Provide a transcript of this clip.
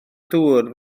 dŵr